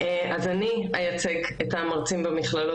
אז אני אייצג את המרצים במכללות,